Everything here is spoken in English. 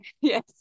Yes